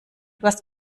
hast